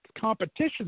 competition